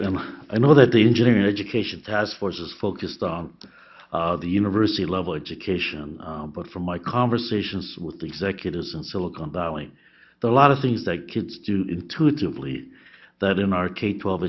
is i know that the engineering education task force is focused on the university level education but from my conversations with the executives in silicon valley the lot of things that kids do intuitively that in our key twelve